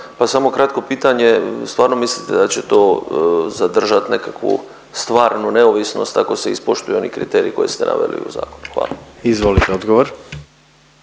pa samo kratko pitanje stvarno mislite da će to zadržati nekakvu stvarnu neovisnost ako se ispoštuju oni kriteriji koje ste naveli u zakonu. Hvala. **Jandroković,